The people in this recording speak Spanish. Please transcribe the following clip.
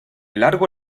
largo